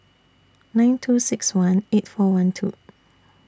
nine two six one eight four one two